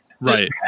right